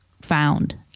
Found